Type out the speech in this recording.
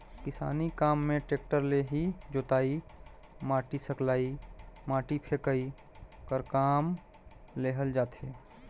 किसानी काम मे टेक्टर ले ही जोतई, माटी सकलई, माटी फेकई कर काम लेहल जाथे